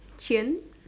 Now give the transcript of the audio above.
chains